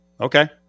Okay